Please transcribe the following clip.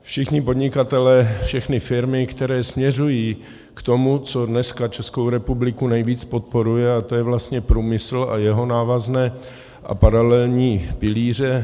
Všichni podnikatelé, všechny firmy, které směřují k tomu, co dneska Českou republiku podporuje, a to je vlastně průmysl a jeho návazné a paralelní pilíře.